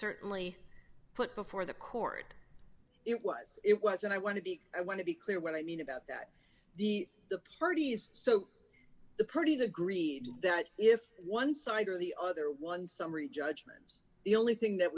certainly put before the court it was it was and i want to be i want to be clear what i mean about that the the parties so the parties agreed that if one side or the other one summary judgments the only thing that